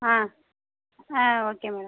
ஆ ஆ okay madam